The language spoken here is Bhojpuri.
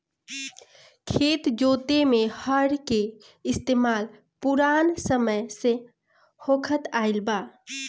खेत जोते में हर के इस्तेमाल पुरान समय से होखत आइल बा